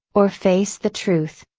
or face the truth,